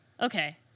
okay